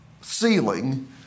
ceiling